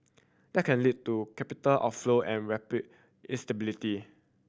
that can lead to capital outflow and rupiah instability